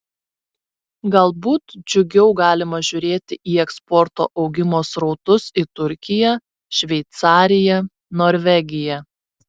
galbūt džiugiau galima žiūrėti į eksporto augimo srautus į turkiją šveicariją norvegiją